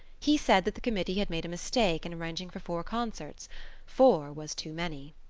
he said that the committee had made a mistake in arranging for four concerts four was too many.